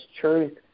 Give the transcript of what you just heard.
truth